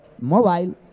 mobile